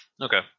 Okay